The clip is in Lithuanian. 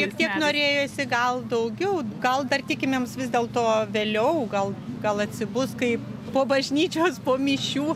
šiek tiek norėjosi gal daugiau gal dar tikimėms vis dėl to vėliau gal gal atsibus kai po bažnyčios po mišių